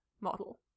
model